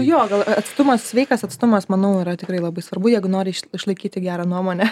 jo gal atstumas sveikas atstumas manau yra tikrai labai svarbu jeigu nori išlaikyti gerą nuomonę